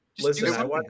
Listen